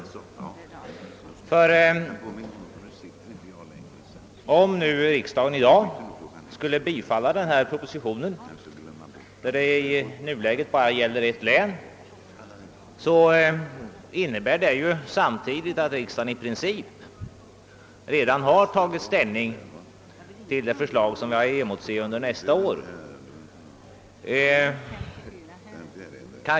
Om riksdagen i dag skulle bifalla propositionen, som alltså bara gäller eit län, skulle riksdagen i princip ha tagit ställning till det förslag som vi har att emotse under nästa år.